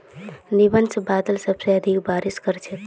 nimbus बादल सबसे अधिक बारिश कर छेक